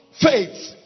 Faith